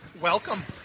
Welcome